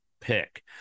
pick